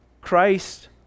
Christ